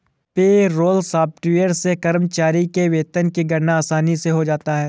payroll software से कर्मचारी के वेतन की गणना आसानी से हो जाता है